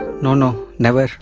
ah no no, never.